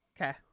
okay